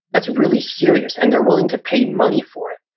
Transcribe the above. that's really serious and they're willing to pay money for it.